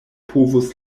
povus